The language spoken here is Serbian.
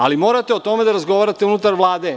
Ali, morate o tome da razgovarate unutar Vlade.